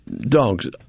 dogs